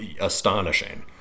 astonishing